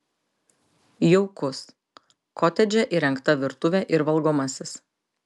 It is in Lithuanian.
jaukus kotedže įrengta virtuvė ir valgomasis